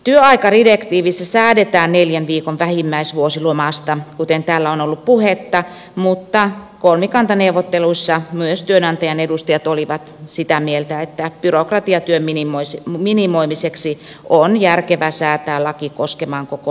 työaikadirektiivissä säädetään neljän viikon vähimmäisvuosilomasta kuten täällä on ollut puhetta mutta kolmikantaneuvotteluissa myös työnantajan edustajat olivat sitä mieltä että byrokratiatyön minimoimiseksi on järkevä säätää laki koskemaan koko lakisääteistä lomaa